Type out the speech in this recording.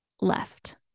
left